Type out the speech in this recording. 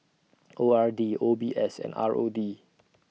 O R D O B S and R O D